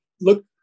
Look